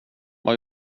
vad